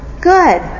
good